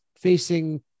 facing